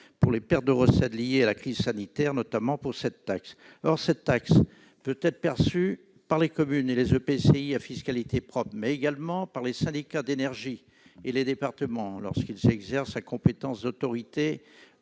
propre les pertes de recettes liées à la crise sanitaire, notamment pour cette taxe. Or cette dernière peut être perçue par les communes et les EPCI à fiscalité propre, mais également par les syndicats d'énergie et les départements, lorsqu'ils exercent la compétence d'autorité